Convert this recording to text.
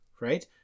right